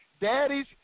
Daddies